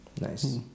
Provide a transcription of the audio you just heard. Nice